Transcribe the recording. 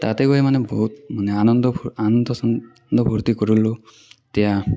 তাতে গৈ মানে বহুত মানে আনন্দ আনন্দ চানন্দ ফূৰ্টি কৰিলোঁ তেতিয়া